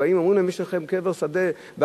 באים ואומרים להם: יש לכם קבר שדה בהר-הזיתים,